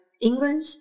English